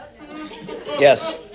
Yes